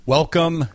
Welcome